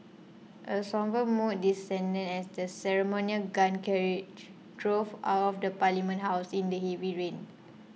a sombre mood descended as the ceremonial gun carriage drove out of the Parliament House in the heavy rain